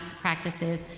practices